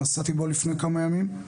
נסעתי בו לפני כמה ימים.